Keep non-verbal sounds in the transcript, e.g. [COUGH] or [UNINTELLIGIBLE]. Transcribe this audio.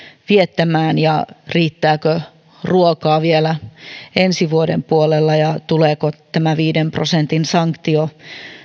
viettämään riittääkö ruokaa vielä [UNINTELLIGIBLE] [UNINTELLIGIBLE] [UNINTELLIGIBLE] [UNINTELLIGIBLE] [UNINTELLIGIBLE] ensi vuoden puolella ja tuleeko tämä viiden prosentin sanktio